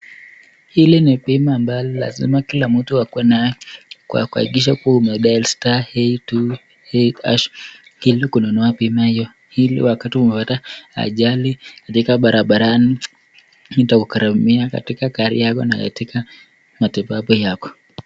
Hili ni bima ambalo lazima kila mtu akue nayo kwa kuhakikisha kuwa umedial *828# ,ili kununua bima hiyo. Ili wakati umepata ajali katika barabarani, itakugharamia katika gari yako na katika matibabu yako.